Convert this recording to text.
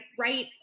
right